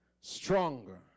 stronger